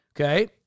Okay